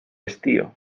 estío